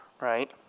right